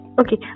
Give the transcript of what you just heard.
Okay